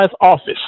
office